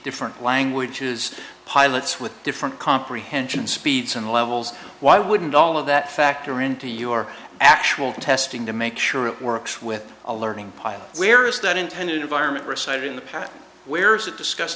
different languages pilots with different comprehension speeds and levels why wouldn't all of that factor into your actual testing to make sure it works with a learning pilot where is that intended environment recited in the panel where is it discuss